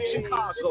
Chicago